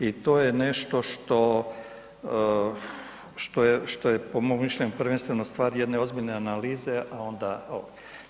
I to je nešto što je po mom mišljenju prvenstveno stvar jedne ozbiljne analize a onda ovo.